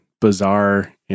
bizarre